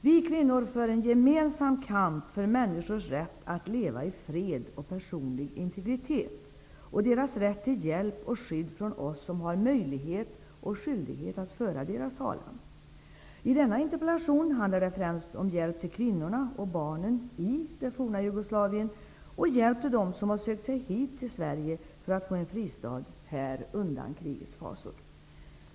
Vi kvinnor för en gemensam kamp för människors rätt att leva i fred och personlig integritet och deras rätt till hjälp och skydd från oss som har möjlighet och skyldighet att föra deras talan. Min interpellation handlar främst om hjälp till kvinnorna och barnen i det forna Jugoslavien och hjälp till dem som har sökt sig hit till Sverige för att få en fristad undan krigets fasor.